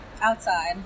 Outside